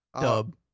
Dub